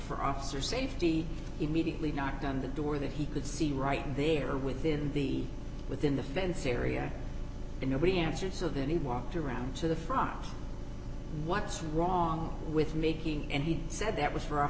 for officer safety immediately knocked on the door that he could see right there within the within the fence syria and nobody answered so then he walked around to the frog what's wrong with making and he said that was for o